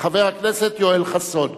חבר הכנסת יואל חסון.